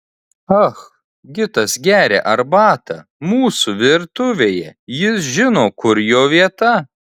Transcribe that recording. ah gitas geria arbatą mūsų virtuvėje jis žino kur jo vieta